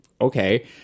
Okay